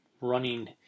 running